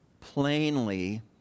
plainly